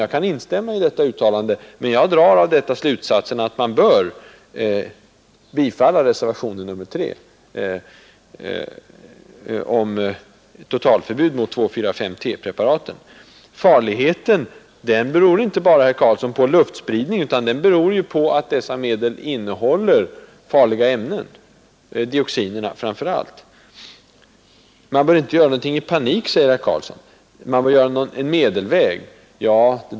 Jag kan instämma i detta uttalande, men jag drar av detta slutsatsen att man bör bifalla reservationen 3 om totalförbud mot 2,4,5-T-preparaten. Farligheten beror inte bara, herr Karlsson, på luftspridningen, utan den beror på att dessa medel innehåller farliga ämnen, dioxiner framför allt. Man bör inte göra någonting i panik, säger herr Karlsson, utan gå en medelväg.